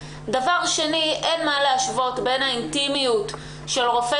אין מה להשוות בין האינטימיות של רופא